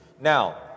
Now